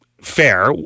fair